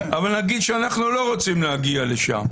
אבל נגיד שאנחנו לא רוצים להגיע לשם.